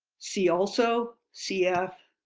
see also, cf,